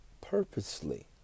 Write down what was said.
purposely